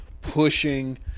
pushing